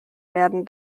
werden